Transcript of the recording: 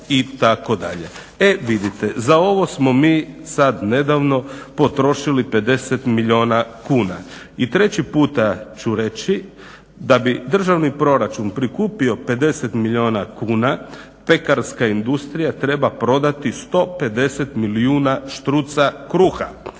E vidite, za ovo smo mi sad nedavno potrošili 50 milijuna kuna. I treći puta ću reći da bi državni proračun prikupio 50 milijuna kuna pekarska industrija treba prodati 150 milijuna štruca kruha,